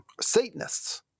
satanists